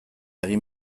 egin